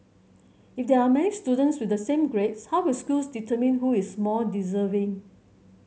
if there are many students with the same grades how will schools determine who is more deserving